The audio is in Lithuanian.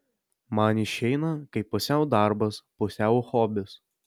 man išeina kaip pusiau darbas pusiau hobis